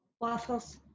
waffles